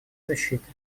защиты